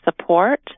support